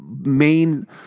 main